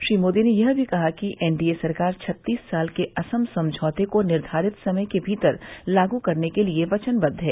श्री मोदी ने यह भी कहा कि एनडीए सरकार छत्तीस साल के असम समझौते को निर्धारित समय के भीतर लागू करने के लिए वचनबद्व है